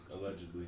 Allegedly